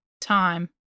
time